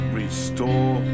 restore